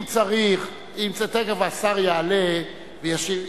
תיכף השר יעלה וישיב.